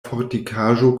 fortikaĵo